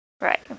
Right